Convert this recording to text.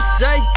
say